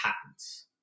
patents